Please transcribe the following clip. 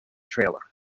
trailer